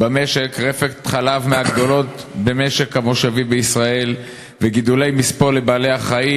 במשק רפת חלב מהגדולות במשק המושבים בישראל וגידולי מספוא לבעלי-החיים,